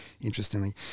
Interestingly